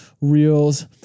Reels